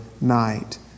night